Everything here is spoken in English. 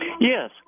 yes